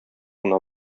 гына